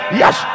yes